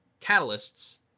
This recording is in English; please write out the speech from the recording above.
catalysts